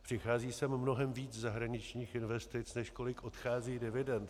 Přichází sem mnohem víc zahraničních investic, než kolik odchází dividend.